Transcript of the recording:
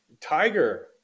Tiger